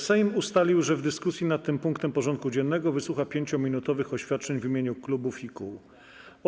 Sejm ustalił, że w dyskusji nad tym punktem porządku dziennego wysłucha 5-minutowych oświadczeń w imieniu klubów i kół.